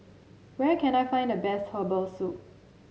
where can I find the best Herbal Soup